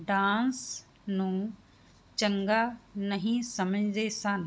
dance ਨੂੰ ਚੰਗਾ ਨਹੀਂ ਸਮਝਦੇ ਸਨ